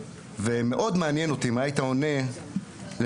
מאוד מעניין אותי מה היית עונה למגדלי